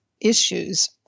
issues